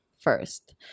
first